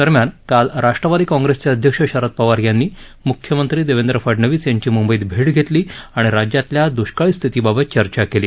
दरम्यान काल राष्ट्रवादी काँप्रेसचे अध्यक्ष शरद पवार यांनी मुख्यमंत्री देवेंद्र फडनवीस यांची मुंबईत भेट घेतली आणि राज्यातल्या दुष्काळी स्थितीबाबत चर्चा केली